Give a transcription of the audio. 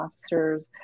officers